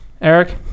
Eric